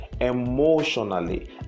emotionally